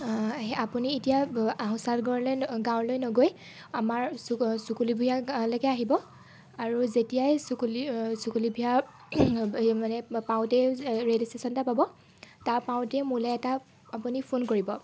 আপুনি এতিয়া আহুচাউল গাঁৱলৈ গাঁৱলৈ নগৈ আমাৰ চুকুলো ভূঞা গাৱঁলৈকে আহিব আৰু যেতিয়াই চুকুলো চুকুলো ভূঞা মানে পাওঁতেই ৰে'ল ষ্টেশ্যন এটা পাব তাত পাওঁতেই মোলৈ এটা আপুনি ফোন কৰিব